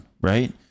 right